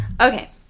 Okay